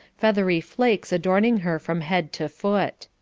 feathery flakes adorning her from head to foot.